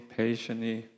patiently